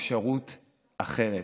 אפשרות אחרת.